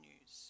news